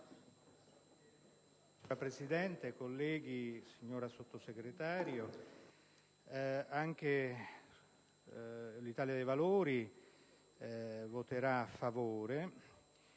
Signora Presidente, colleghi, signora Sottosegretario, l'Italia dei Valori voterà a favore